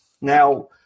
Now